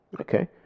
Okay